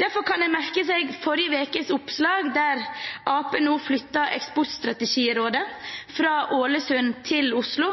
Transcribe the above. Derfor kan man merke seg forrige ukes oppslag om at Arbeiderpartiet nå flytter Eksportstrategirådet fra Ålesund til Oslo,